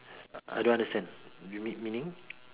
I don't understand you mean meaning